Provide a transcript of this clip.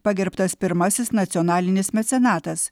pagerbtas pirmasis nacionalinis mecenatas